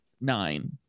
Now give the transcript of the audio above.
nine